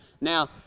Now